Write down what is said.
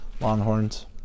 longhorns